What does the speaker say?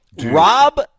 Rob